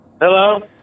Hello